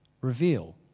reveal